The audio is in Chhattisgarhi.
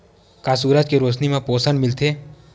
का सूरज के रोशनी म पोषण मिलथे?